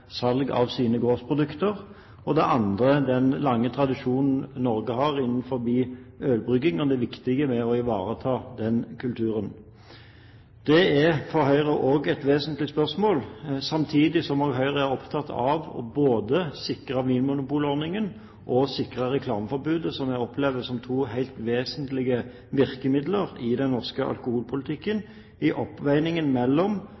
salg av sine gårdsprodukter, og for det andre den lange tradisjonen Norge har innenfor ølbrygging, og det viktige ved å ivareta den kulturen. Det er for Høyre også et vesentlig spørsmål, samtidig som Høyre også er opptatt av både å sikre vinmonopolordningen og å sikre reklameforbudet – som vi opplever som helt vesentlige virkemidler i den norske alkoholpolitikken i avveiingen mellom